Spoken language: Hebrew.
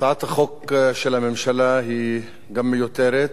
הצעת החוק של הממשלה היא גם מיותרת,